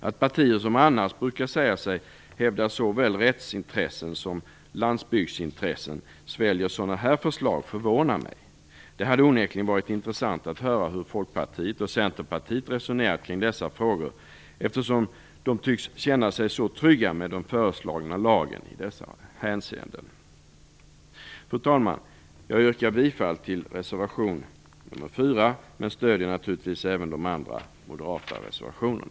Att partier som annars brukar säga sig hävda såväl rättsintressen som landsbygdsintressen sväljer sådana här förslag förvånar mig. Det hade onekligen varit intressant att höra hur Folkpartiet och Centerpartiet resonerar kring dessa frågor. De tycks känna sig så trygga med den föreslagna lagen i dessa hänseenden. Fru talman! Jag yrkar bifall till reservation 4 men stöder naturligtvis även de andra moderata reservationerna.